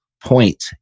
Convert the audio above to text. point